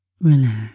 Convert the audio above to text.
relax